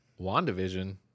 WandaVision